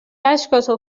اشکاتو